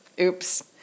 Oops